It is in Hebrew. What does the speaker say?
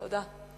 תודה.